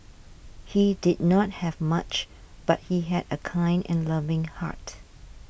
he did not have much but he had a kind and loving heart